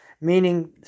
Meaning